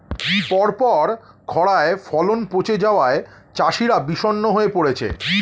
পরপর খড়ায় ফলন পচে যাওয়ায় চাষিরা বিষণ্ণ হয়ে পরেছে